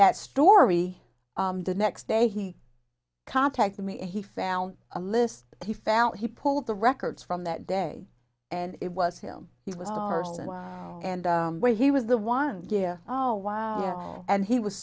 that story the next day he contacted me he found a list he found he pulled the records from that day and it was him he was and where he was the one year oh wow and he was